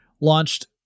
launched